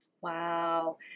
Wow